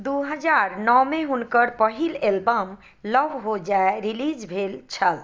दू हजार नओमे हुनकर पहिल एलबम लव हो जाए रिलीज भेल छल